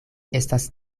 estas